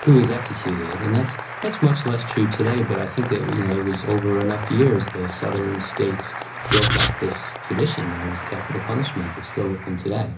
who was executed. and that's that's much less true today but i think it you know it was over enough years, the southern states built up this tradition of capital punishment that is still with them today.